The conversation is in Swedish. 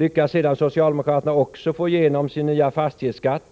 Lyckas sedan socialdemokraterna också få igenom sin nya fastighetsskatt,